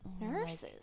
Nurses